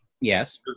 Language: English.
Yes